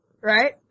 Right